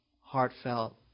heartfelt